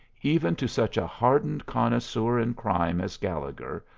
even to such a hardened connoisseur in crime as gallegher,